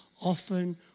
Often